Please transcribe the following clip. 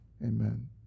Amen